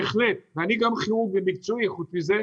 בהחלט, אני גם כירורג במקצועי חוץ מזה.